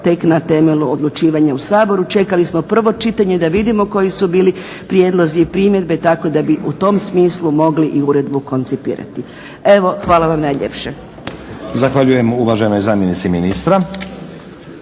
tek na temelju odlučivanja u Saboru. Čekali smo prvo čitanje da vidimo koji su bili prijedlozi i primjedbe tako da bi u tom smislu mogli i uredbu koncipirati. Evo hvala vam najljepše.